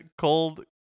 Cold